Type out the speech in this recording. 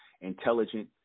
intelligent